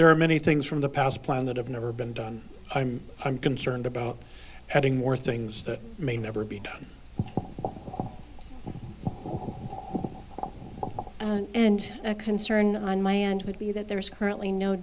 there are many things from the past plan that have never been done i'm i'm concerned about adding more things that may never be time who will and a concern on my end would be that there is currently no